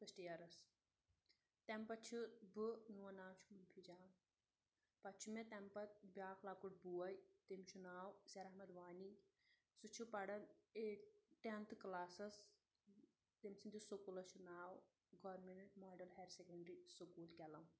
first ییرَس تَمہِ پَتہٕ چھِ بہٕ میون ناو چھُ رُبی جان پَتہٕ چھُ مےٚ تَمہِ پَتہٕ بیٛاکھ لۄکُٹ بوے تیٚمِس چھُ ناو اُزیر احمد وانی سُہ چھُ پَران ایٹ ٹٮ۪نتھٕ کلاسَس تیٚمۍ سٕنٛدِس سکوٗلَس چھِ ناو government model higher secondary school کٮ۪لَم